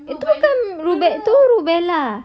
itu bukan ru~ tu rubella